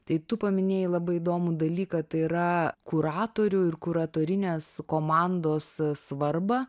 tai tu paminėjai labai įdomų dalyką tai yra kuratorių ir kuratorinės komandos svarbą